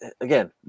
Again